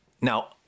Now